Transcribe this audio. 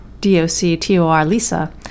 doctorlisa